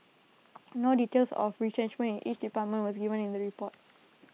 no details of retrenchment in each department was given in the report